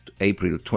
April